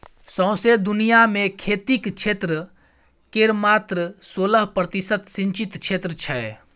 सौंसे दुनियाँ मे खेतीक क्षेत्र केर मात्र सोलह प्रतिशत सिचिंत क्षेत्र छै